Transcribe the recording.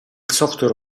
software